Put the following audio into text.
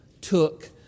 took